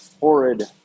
horrid